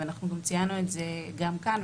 ואנחנו גם ציינו את זה גם כאן,